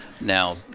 Now